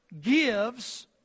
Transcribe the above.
gives